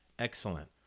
Excellent